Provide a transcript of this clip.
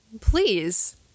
please